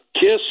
kiss